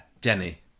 Jenny